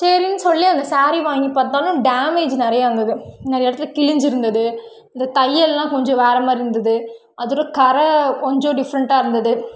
சரின்னு சொல்லி அந்த ஸேரீ வாங்கி பார்த்தாலும் டேமேஜ்ஜி நிறையா இருந்தது நிறைய இடத்துல கிழிஞ்சிருந்துது இந்த தையலெலாம் கொஞ்சம் வேறு மாதிரி இருந்தது அதோடு கரை கொஞ்சம் டிஃப்ரண்ட்டாக இருந்தது